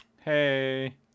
Hey